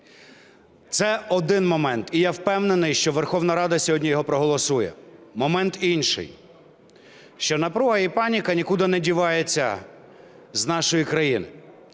Це один момент. І я впевнений, що Верховна Рада сьогодні його проголосує. Момент інший, що напруга і паніка нікуди не дівається з нашої країни.